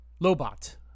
Lobot